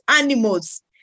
animals